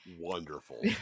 wonderful